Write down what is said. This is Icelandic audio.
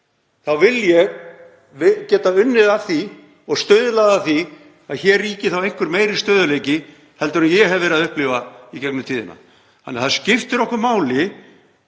þá vil ég geta unnið að því og stuðlað að því að hér ríki einhver meiri stöðugleiki en ég hef verið að upplifa í gegnum tíðina. Það skiptir okkur máli,